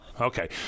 Okay